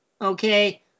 okay